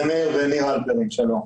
שלום,